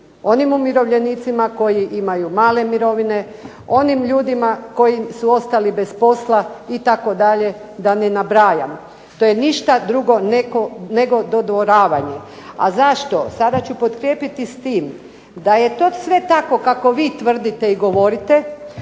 onim umirovljenicima koji imaju male mirovine, onim ljudima koji su ostali bez posla itd. da ne nabrajam. To je ništa drugo nego dodvoravanje. A zašto? Sada ću potkrijepiti s tim da je to sve tako kako bi tvrdite i govorite,